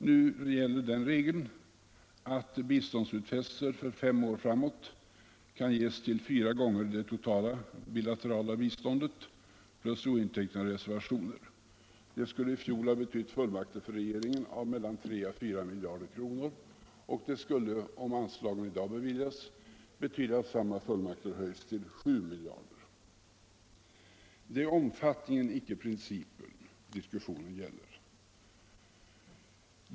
Nu gäller den regeln att biståndsutfästelser för fem år framåt kan ges till fyra gånger det totala bilaterala biståndet plus ointecknade reservationer. Det skulle i fjol ha betytt fullmakter för regeringen om utfästelser på över 4 miljarder kronor. Det skulle, om nu föreslagna anslag beviljas, betyda att samma fullmakter höjs till 7 miljarder. Det är omfattningen — icke principen — diskussionen gäller.